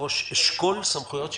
ראש אשכול סמכויות שלטוניות,